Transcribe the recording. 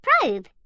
probe